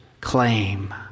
claim